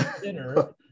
dinner